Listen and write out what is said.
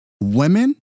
women